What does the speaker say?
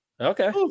Okay